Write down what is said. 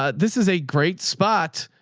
ah this is a great spot.